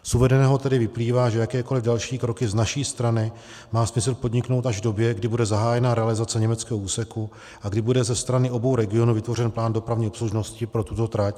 Z uvedeného tedy vyplývá, že jakékoliv další kroky z naší strany má smysl podniknout až v době, kdy bude zahájena realizace německého úseku a kdy bude ze strany obou regionů vytvořen plán dopravní obslužnosti pro tuto trať.